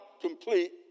complete